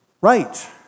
right